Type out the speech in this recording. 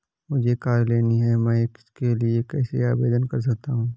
मुझे कार लेनी है मैं इसके लिए कैसे आवेदन कर सकता हूँ?